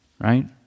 Right